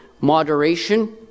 moderation